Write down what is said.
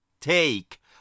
take